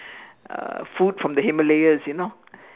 uh food from the Himalayas you know